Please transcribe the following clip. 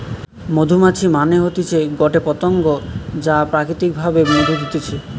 মধুমাছি মানে হতিছে গটে পতঙ্গ যা প্রাকৃতিক ভাবে মধু দিতেছে